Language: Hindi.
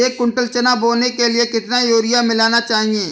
एक कुंटल चना बोने के लिए कितना यूरिया मिलाना चाहिये?